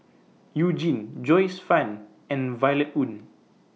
YOU Jin Joyce fan and Violet Oon